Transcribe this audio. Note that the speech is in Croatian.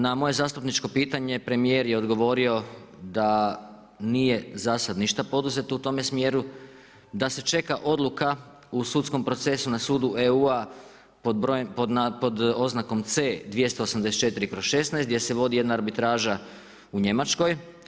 Na moje zastupničko pitanje premijer je odgovorio da nije za sada ništa poduzeto u tome smjeru, da se čeka odluka u sudskom procesu na sudu EU-a pod oznakom C 284/16 gdje se vodi jedna arbitraža u Njemačkoj.